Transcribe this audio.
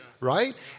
right